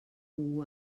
nhw